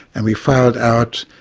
and we filed out,